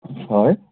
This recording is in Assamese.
হয়